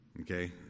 Okay